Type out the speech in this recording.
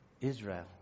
Israel